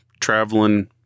traveling